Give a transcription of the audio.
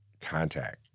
contact